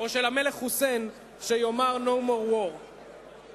שמונה שנים